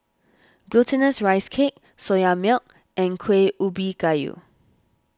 Glutinous Rice Cake Soya Milk and Kuih Ubi Kayu